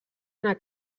anar